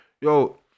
yo